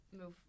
move